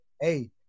Hey